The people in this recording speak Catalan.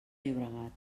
llobregat